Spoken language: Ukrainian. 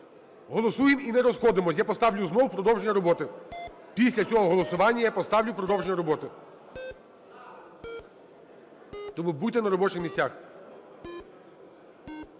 Голосуємо і не розходимось я поставлю знову продовження роботи. Після цього голосування я поставлю продовження роботи. Тому будьте на робочих місцях.